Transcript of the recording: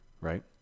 right